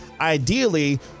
ideally